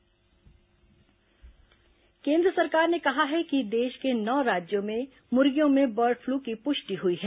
bird flu केन्द्र सरकार ने कहा है कि देश के नौ राज्यों में मुर्गियों में बर्ड फ्लू की पुष्टि हुई है